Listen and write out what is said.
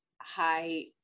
high